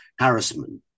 harassment